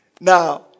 Now